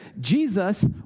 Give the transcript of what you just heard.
Jesus